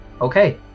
Okay